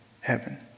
heaven